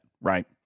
right